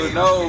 no